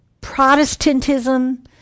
Protestantism